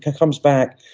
comes back,